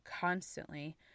constantly